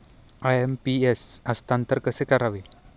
IMPS हस्तांतरण कसे करावे?